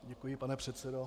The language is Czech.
Děkuji, pane předsedo.